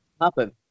happen